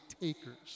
takers